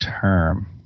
term